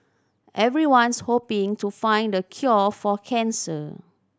everyone's hoping to find the cure for cancer